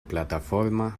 plataforma